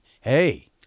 Hey